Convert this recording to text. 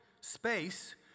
space